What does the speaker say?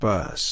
Bus